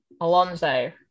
Alonso